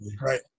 right